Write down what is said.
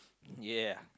ya